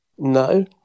No